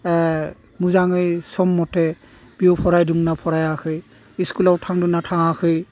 मोजाङै सम मथे बियो फरायदोंना फरायाखै स्कुलाव थांदोंना थाङाखै